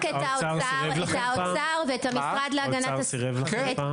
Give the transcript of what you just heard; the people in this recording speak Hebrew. --- האוצר סירב לכם פעם?